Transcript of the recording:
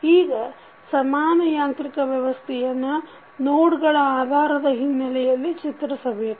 ಈಗ ಸಮಾನ ಯಾಂತ್ರಿಕ ವ್ಯವಸ್ಥೆಯನ್ನು ನೋಡ್ಗಳ ಆಧಾರದ ಹಿನ್ನೆಲೆಯಲ್ಲಿ ಚಿತ್ರಿಸಬೇಕು